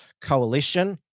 coalition